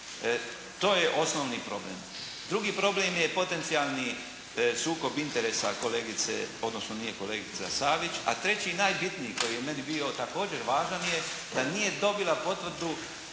to je osnovni problem. Drugi problem je potencijalni sukob interesa kolegice odnosno nije kolegica, Savić. A treći najbitniji koji je meni bio također važan, je da nije dobila potvrdu